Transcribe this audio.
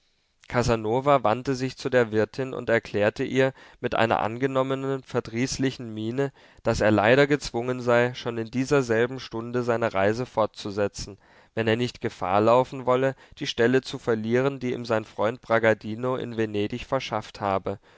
casanova wandte sich zu der wirtin und erklärte ihr mit einer angenommenen verdrießlichen miene daß er leider gezwungen sei schon in dieser selben stunde seine reise fortzusetzen wenn er nicht gefahr laufen wolle die stelle zu verlieren die ihm sein freund bragadino in venedig verschafft habe